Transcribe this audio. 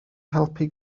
helpu